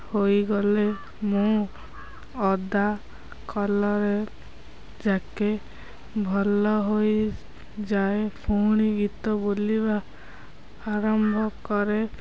ହୋଇଗଲେ ମୁଁ ଅଦା କଳରେ ଯାକେ ଭଲ ହୋଇଯାଏ ପୁଣି ଗୀତ ବୋଲିବା ଆରମ୍ଭ କରେ